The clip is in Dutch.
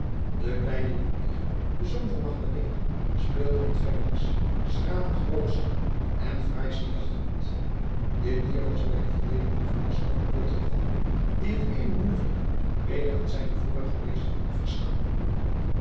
de kleine ludwig de zoon van magdalena speelde met fenix s graven grootsten en fraaisten jachthond dit dier was bij de verdeeling aan velasco te beurt gevallen die het edelmoediglijk weder aan zijnen vorigen meester had afgestaan